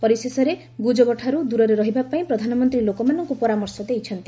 ପରିଶେଷରେ ଗୁଜବଠାରୁ ଦୂରରେ ରହିବା ପାଇଁ ପ୍ରଧାନମନ୍ତ୍ରୀ ଲୋକମାନଙ୍କୁ ପରାମର୍ଶ ଦେଇଛନ୍ତି